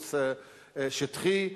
תירוץ שטחי.